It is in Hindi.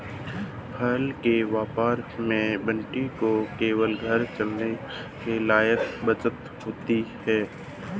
फल के व्यापार में मंटू को केवल घर चलाने लायक बचत होती है